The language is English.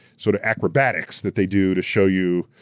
sort of, acrobatics that they do to show you,